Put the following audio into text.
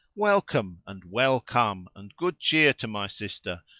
welcome and well come and good cheer to my sister,